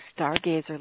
stargazer